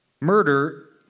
Murder